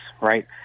right